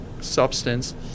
substance